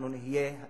אנחנו נהיה אלה